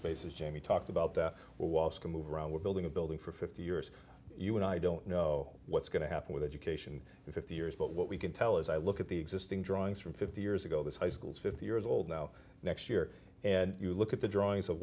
spaces jamie talked about the walls can move around we're building a building for fifty years you and i don't know what's going to happen with education in fifty years but what we can tell is i look at the existing drawings from fifty years ago this high schools fifty years old now next year and you look at the drawings of